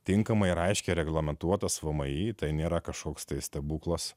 tinkamai ir aiškiai reglamentuotas vmi tai nėra kažkoks stebuklas